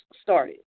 started